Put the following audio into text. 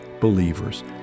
believers